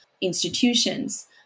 institutions